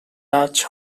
touch